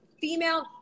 female